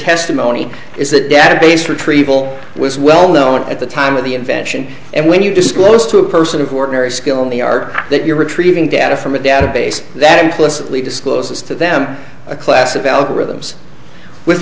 testimony is that database retrieval was well known at the time of the invention and when you disclose to a person of ordinary skill in the art that you're retrieving data from a database that implicitly discloses to them a class of algorithms with